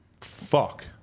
Fuck